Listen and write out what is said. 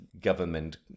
government